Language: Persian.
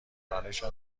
دانشم